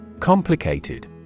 Complicated